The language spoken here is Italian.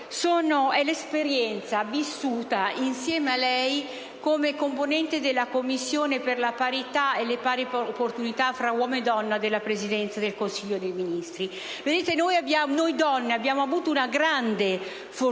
l'esperienza vissuta insieme a lei come componente della Commissione per la parità e le pari opportunità fra uomo e donna della Presidenza del Consiglio dei Ministri. Noi donne abbiamo avuto una grande fortuna,